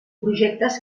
projectes